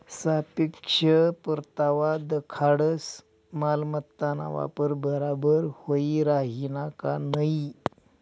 सापेक्ष परतावा दखाडस मालमत्ताना वापर बराबर व्हयी राहिना का नयी